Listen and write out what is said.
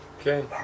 okay